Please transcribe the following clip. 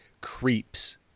creeps